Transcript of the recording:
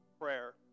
prayer